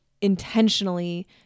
intentionally